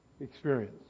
experience